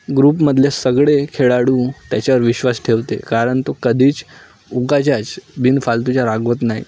ग्रुपमधल्या सगळे खेळाडू त्याच्यावर विश्वास ठेवते कारण तो कधीच उगाचचं बिन फालतूचं रागवत नाही